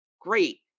Great